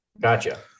Gotcha